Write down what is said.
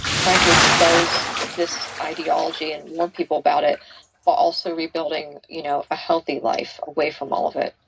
trying to expose this ideology and more people about it, but also rebuilding, you know, a healthy life away from all of it